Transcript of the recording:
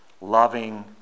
loving